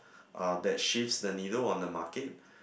uh that shifts the needle on the market